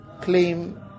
claim